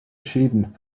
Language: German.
schäden